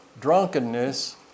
drunkenness